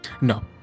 No